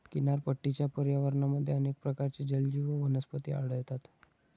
किनारपट्टीच्या पर्यावरणामध्ये अनेक प्रकारचे जलजीव व वनस्पती आढळतात